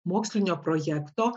mokslinio projekto